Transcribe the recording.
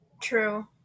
true